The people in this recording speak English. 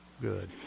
Good